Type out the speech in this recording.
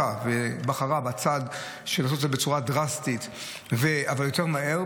נקטה ובחרה צעד של לעשות את זה בצורה דרסטית אבל יותר מהר,